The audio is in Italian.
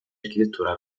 architettura